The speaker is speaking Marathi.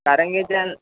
कारण की त्याने